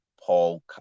Paul